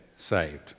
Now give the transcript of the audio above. Saved